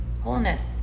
wholeness